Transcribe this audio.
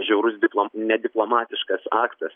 žiaurus diploma nediplomatiškas aktas